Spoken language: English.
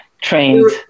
trained